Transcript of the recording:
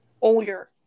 older